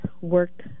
work